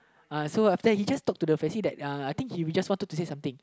uh so after that he just talk to the that uh I think he just wanted to say something